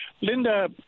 Linda